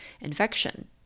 infection